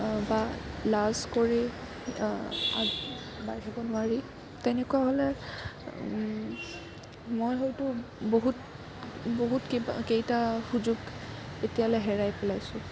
বা লাজ কৰি আগবাঢ়িব নোৱাৰি তেনেকুৱা হ'লে মই হয়তো বহুত বহুত কিবা কেইটা সুযোগ এতিয়ালৈ হেৰাই পেলাইছোঁ